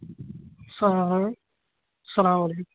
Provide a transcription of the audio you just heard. اسلام اسلام علیکُم